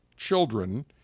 children